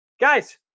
guys